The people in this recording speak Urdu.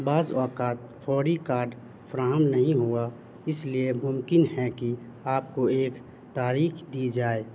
بعض اوقات فوری کارڈ فراہم نہیں ہوا اس لیے ممکن ہے کہ آپ کو ایک تاریخ دی جائے